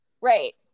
Right